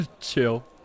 Chill